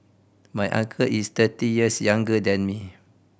my uncle is thirty years younger than me